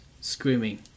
screaming